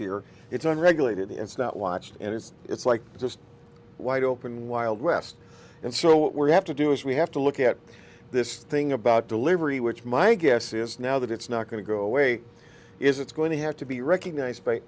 here it's unregulated it's not watched and it's it's like just wide open wild west and so what we're have to do is we have to look at this thing about delivery which my guess is now that it's not going to go away is it's going to have to be recognized by